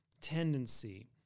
tendency